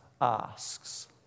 asks